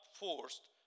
forced